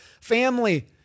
family